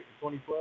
2012